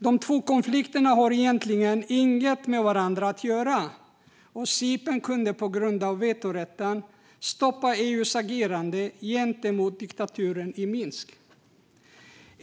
De två konflikterna har egentligen inget med varandra att göra, men Cypern kunde på grund av vetorätten stoppa EU:s agerande gentemot diktaturen i Minsk.